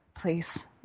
Please